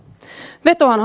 vetoan